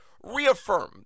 reaffirmed